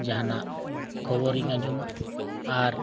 ᱡᱟᱦᱟᱱᱟᱜ ᱠᱷᱚᱵᱚᱨᱤᱧ ᱟᱸᱡᱚᱢᱟ ᱟᱨ